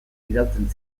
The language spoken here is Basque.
bidaltzen